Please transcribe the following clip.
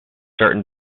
certain